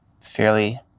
fairly